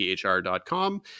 thr.com